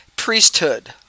priesthood